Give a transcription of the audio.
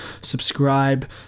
subscribe